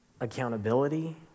accountability